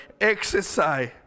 exercise